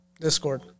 Discord